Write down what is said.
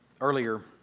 earlier